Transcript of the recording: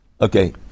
Okay